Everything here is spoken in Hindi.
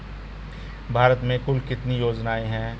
भारत में कुल कितनी योजनाएं हैं?